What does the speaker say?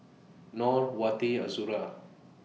Nor Wati Azura